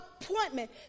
appointment